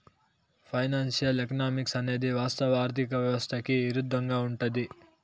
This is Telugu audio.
ఫైనాన్సియల్ ఎకనామిక్స్ అనేది వాస్తవ ఆర్థిక వ్యవస్థకి ఇరుద్దంగా ఉంటది